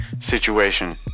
situation